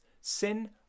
sin